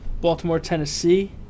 Baltimore-Tennessee